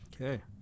Okay